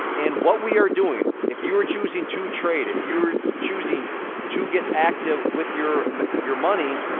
and what we are doing, if you are choosing to trade, if you are choosing to get active with your your money,